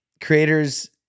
creators